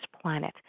planet